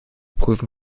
prüfen